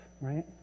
right